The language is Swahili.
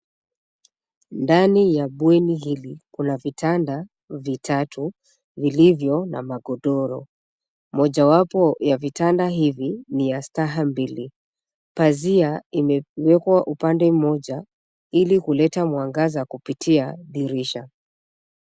Ndani ya bweni hili kuna vitanda vitatu vilivyo na magodoro mojawapo ya vitanda hivi ni ya staha mbili pazia imewekwa upande mmoja ili kuleta mwangaza kupitia dirisha.